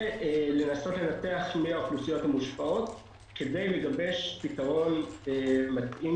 ולנסות לנתח מי האוכלוסיות המושפעות כדי לגבש פתרון מתאים